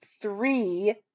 three